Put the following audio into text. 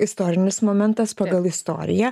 istorinis momentas pagal istoriją